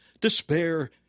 Despair